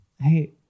hey